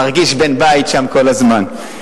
מרגיש בן-בית שם כל הזמן,